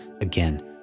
again